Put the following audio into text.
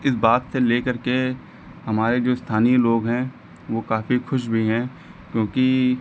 इस बात से लेकर के हमारे जो स्थानीय लोग हैं वह काफी ख़ुश भी हैं क्योंकि